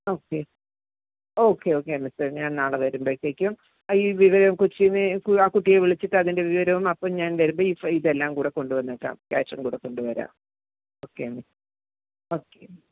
okay okay okay മിസ്സേ ഞാൻ നാളെ വരുമ്പോഴത്തേക്കും ഈ വിവരം കൊച്ചിനെ ആ കുട്ടിയെ വിളിച്ചിട്ട് അതിൻ്റെ വിവരവും അപ്പോൾ ഞാൻ വരുമ്പോൾ ഈ ഇതെല്ലാം കൂടെ കൊണ്ട് വന്നേക്കാം ക്യാഷും കൂടെ കൊണ്ട് വരാം ഓക്കെ ഓക്കെ